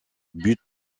but